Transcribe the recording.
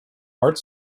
art